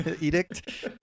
edict